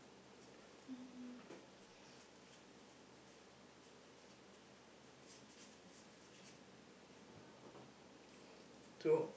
so